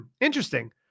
interesting